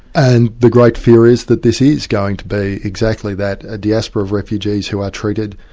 and the great fear is that this is going to be exactly that, a diaspora of refugees who are treated.